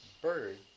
bird